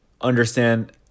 understand